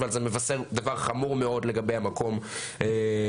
אבל זה מבשר דבר חמור מאוד לגבי המקום של